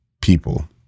people